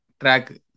track